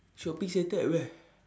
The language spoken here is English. shopping centre at where